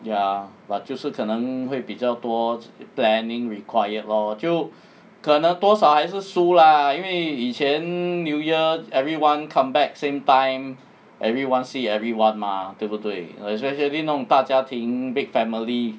ya but 就是可能会比较多 planning required lor 就可能多少还是输 lah 因为以前 new year everyone come back same time everyone see everyone mah 对不对 especially 那种大家庭 big family